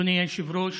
אדוני היושב-ראש,